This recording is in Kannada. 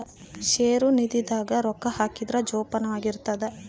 ಷೇರು ನಿಧಿ ದಾಗ ರೊಕ್ಕ ಹಾಕಿದ್ರ ಜೋಪಾನವಾಗಿ ಇರ್ತದ